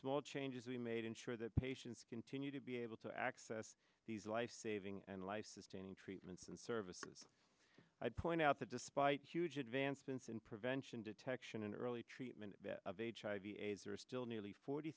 small changes we made ensure that patients continue to be able to access these lifesaving and life sustaining treatments and services i point out that despite huge advancements in prevention detection and early treatment of hiv aids there are still nearly forty